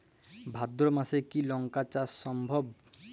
ভাদ্র মাসে কি লঙ্কা চাষ সম্ভব?